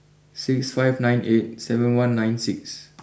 six five nine eight seven one nine six